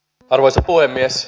arvoisa puhemies